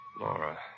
Laura